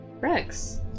Rex